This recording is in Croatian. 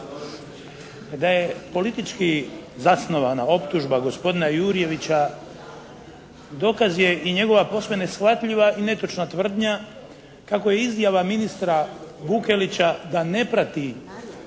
Da je politički zasnovana optužba gospodina Jurjevića dokaz je i njegova posve neshvatljiva i netočna tvrdnja kako je izjava ministra Vukelića da ne prati